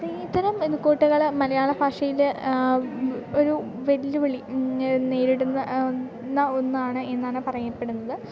ഇത്തരം ഇതു കൂട്ടുകൾ മലയാള ഭാഷയിൽ ഒരു വെല്ലുവിളി നേരിടുന്ന ന്ന ഒന്നാണ് എന്നാണ് പറയപ്പെടുന്നത്